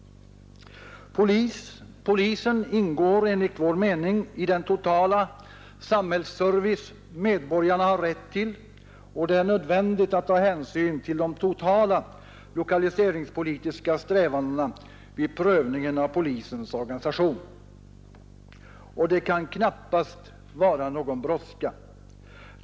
Polisen ingår enligt vår mening i den totala samhällsservice medborgarna har rätt till, och det är nödvändigt att ta hänsyn till de totala lokaliseringspolitiska strävandena vid prövningen av polisens organisation. Och det kan knappast vara någon brådska.